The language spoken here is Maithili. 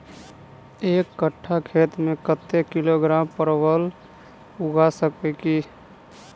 एक कट्ठा खेत मे कत्ते किलोग्राम परवल उगा सकय की??